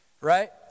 right